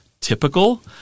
typical